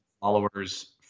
followers